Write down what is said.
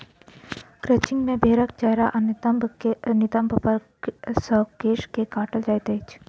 crutching मे भेंड़क चेहरा आ नितंब पर सॅ केश के काटल जाइत छैक